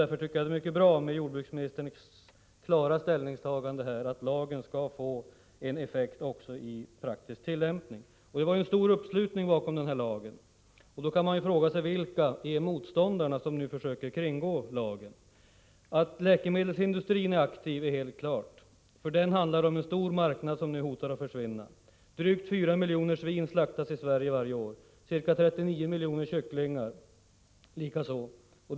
Därför är jordbruksministerns klara ställningstagande för att lagen skall få effekt också i den praktiska tillämpningen mycket bra. Det var ju också stor uppslutning bakom lagen. Vilka är det då som är motståndare till lagen och som nu försöker att kringgå den? Att läkemedelsindustrin är aktiv är helt klart. För den handlar det om att en stor marknad nu hotar att försvinna. Drygt 4 miljoner svin och ca 39 miljoner kycklingar slaktas i Sverige varje år.